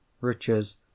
riches